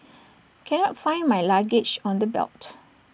cannot find my luggage on the belt